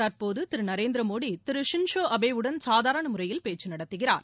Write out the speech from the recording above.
தற்போது திரு நரேந்திரமோடி திரு ஷின் சோ அபேயுடன் சாதாரண முறையில் பேச்சு நடத்துகிறார்